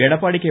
Edappadi K